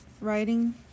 writing